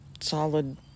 solid